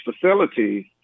facilities